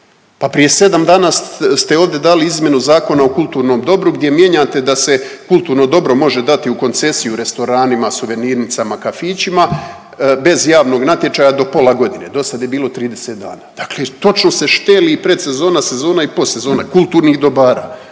prije 7 dana ste ovdje dali izmjenu Zakona o kulturnom dobru gdje mijenjate da se kulturno dobro može dati u koncesiju restoranima, suvernirnicama, kafićima bez javnog natječaja do pola godine, dosad je bilo 30 dana, dakle točno se šteli predsezona, sezona i postsezona kulturnih dobara,